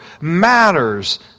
matters